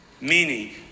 Meaning